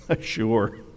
sure